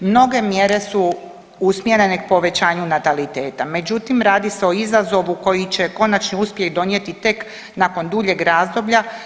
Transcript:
Mnoge mjere su usmjerene povećanju nataliteta međutim radi se o izazovu koji će konačni uspjeh donijeti tek nakon duljeg razdoblja.